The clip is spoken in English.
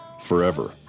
forever